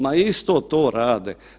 Ma isto to rade.